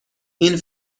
این